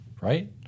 right